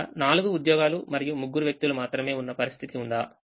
అక్కడ నాలుగు ఉద్యోగాలుమరియు ముగ్గురు వ్యక్తులు మాత్రమే ఉన్న పరిస్థితి ఉందా